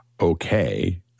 okay